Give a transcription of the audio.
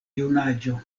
junaĝo